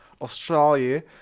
australia